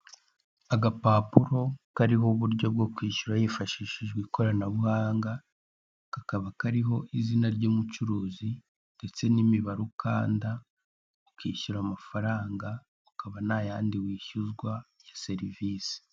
Agapapuro kariho uburyo bwo kwishyura hifashijwe ikoranabuhanga, kakaba kariho izina ry'umucuruzi, ndetse n'imibare ukanda ukishyura amafaranga akaba ntayandi wishyuzwa ya serivise.